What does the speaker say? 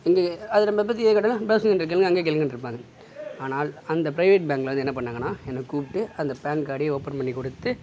இங்கே அதில் நம்மள பற்றி எதாவது கேட்டோன்னா பதில் அங்கே கேளுங்கன்ட்ருப்பாங்க ஆனால் அந்த பிரைவேட் பேங்க்கில் வந்து என்ன பண்ணாங்கன்னா என்னை கூப்பிட்டு அந்த பேன் கார்டையும் ஓப்பன் பண்ணிக் கொடுத்து